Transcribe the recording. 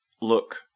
look